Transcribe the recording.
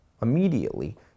immediately